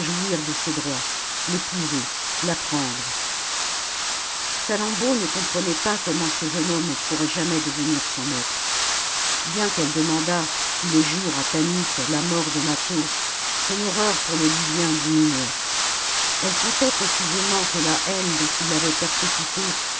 jouir de ses droits l'épouser la prendre salammbô ne comprenait pas comment ce jeune homme pourrait jamais devenir son maître bien qu'elle demandât tous les jours à tanit la mort de mâtho son horreur pour le libyen diminuait elle sentait confusément que la haine dont il l'avait persécutée